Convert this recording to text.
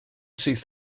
syth